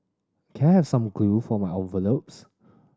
can I have some glue for my envelopes